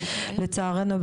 לצערנו,